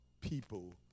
people